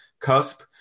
cusp